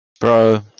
Bro